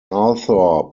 author